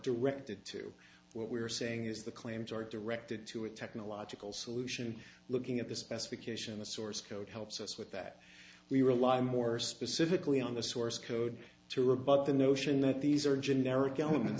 directed to what we're saying is the claims are directed to a technological solution looking at the specification the source code helps us with that we rely more specifically on the source code to rebut the notion that these are generic elements